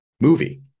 movie